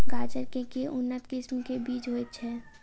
गाजर केँ के उन्नत किसिम केँ बीज होइ छैय?